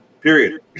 period